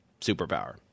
superpower